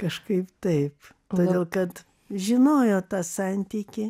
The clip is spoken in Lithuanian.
kažkaip taip todėl kad žinojo tą santykį